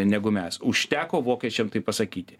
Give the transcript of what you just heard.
negu mes užteko vokiečiam tai pasakyti